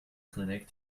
clinic